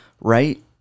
right